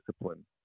discipline